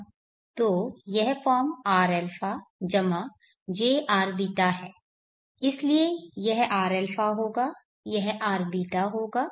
तो यह form rα jrβ है इसलिए यह rα होगा यह rβ होगा